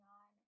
on